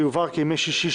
ויובהר כי ימי שישי,